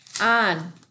On